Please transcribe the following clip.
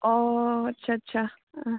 अ आस्सा आस्सा